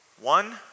One